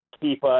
Keep